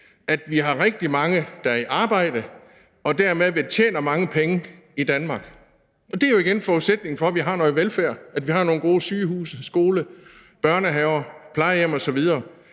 at vi har rigtig mange i arbejde, og at vi dermed tjener mange penge i Danmark. Det er jo igen forudsætningen for, at vi har noget velfærd, at vi har nogle gode sygehuse, skoler, børnehaver, plejehjem osv.